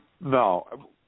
No